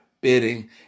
bidding